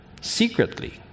Secretly